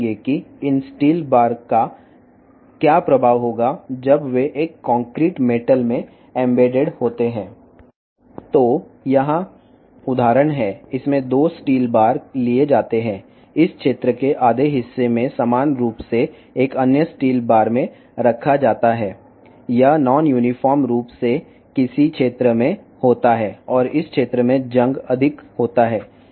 ఇప్పుడు ఈ ఉక్కు కడ్డీలు కాంక్రీట్ లోహంలో పొందుపర్చినప్పుడు వాటి ప్రభావం ఎలా ఉంటుందో చూద్దాం ఇక్కడ ఉదాహరణకు 2 ఉక్కు కడ్డీలు తీసుకుందాము ఒక దానిలో కొన్ని చోట్ల మాత్రమే తుప్పు ఉంది మరియు తుప్పు అన్నది అన్ని ప్రాంతాలలో ఒకే విధంగా ఉండదు మరియు ఈ ప్రాంతంలో తుప్పు ఎక్కువగా ఉంటుంది